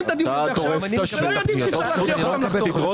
את הדיון שלנו ולא יודעים שאי אפשר להכריח אותם לחתום.